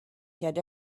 had